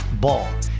Ball